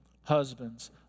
Husbands